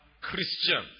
Christians